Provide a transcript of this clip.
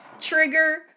trigger